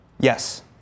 Yes